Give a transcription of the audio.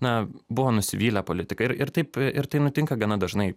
na buvo nusivylę politika ir ir taip ir tai nutinka gana dažnai